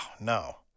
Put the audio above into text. no